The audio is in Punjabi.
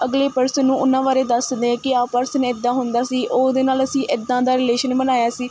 ਅਗਲੇ ਪਰਸਨ ਨੂੰ ਉਹਨਾਂ ਬਾਰੇ ਦੱਸਦੇ ਹਾਂ ਕਿ ਆਹ ਪਰਸਨ ਇੱਦਾਂ ਹੁੰਦਾ ਸੀ ਉਹਦੇ ਨਾਲ਼ ਅਸੀਂ ਇੱਦਾਂ ਦਾ ਰਿਲੇਸ਼ਨ ਬਣਾਇਆ ਸੀ